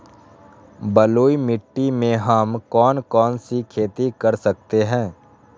बलुई मिट्टी में हम कौन कौन सी खेती कर सकते हैँ?